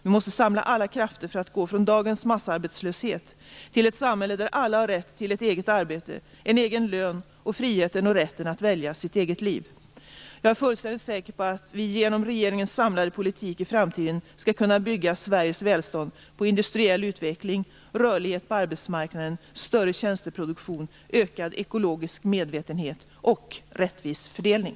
Vi måste samla alla krafter för att gå från dagens massarbetslöshet till ett samhälle där alla har rätt till ett eget arbete, en egen lön och friheten och rätten att välja sitt eget liv. Jag är fullständigt säker på att vi genom regeringens samlade politik i framtiden skall kunna bygga Sveriges välstånd på industriell utveckling, rörlighet på arbetsmarknaden, större tjänsteproduktion, ökad ekologisk medvetenhet och rättvis fördelning.